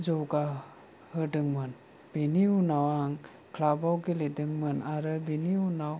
जौगा होदोंमोन बेनि उनाव आं क्लाबआव गेलेदोंमोन आरो बिनि उनाव